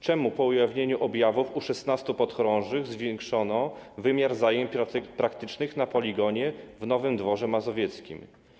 Czemu po ujawnieniu objawów u 16 podchorążych zwiększono wymiar zajęć praktycznych na poligonie w Nowym Dworze Mazowieckim?